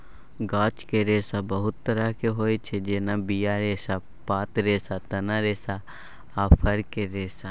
गाछक रेशा बहुत तरहक होइ छै जेना बीया रेशा, पात रेशा, तना रेशा आ फरक रेशा